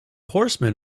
horseman